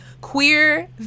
queer